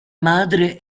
madre